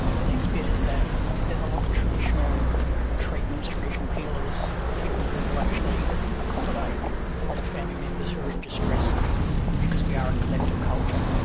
the next bit is that there is a lot of traditional treatments, traditional healers, people who will actually accommodate a lot of family members who are in distress because we are a collective culture,